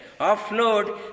offload